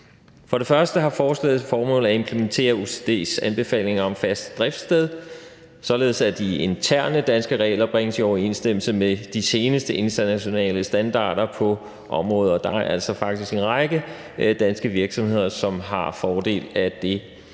For det første har forslaget til formål at implementere OECD's anbefalinger om fast driftssted, således at de interne danske regler bringes i overensstemmelse med de seneste internationale standarder på området. Der er faktisk en række danske virksomheder, som har fordel af det.